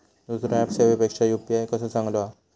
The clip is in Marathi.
दुसरो ऍप सेवेपेक्षा यू.पी.आय कसो चांगलो हा?